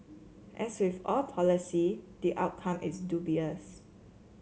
as with all policy the outcome is dubious